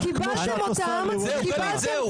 האם זה ראוי, ואני אשמח לתשובה של כן או לא,